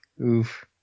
oof